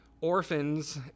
orphans